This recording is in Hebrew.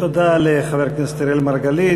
תודה לחבר הכנסת אראל מרגלית.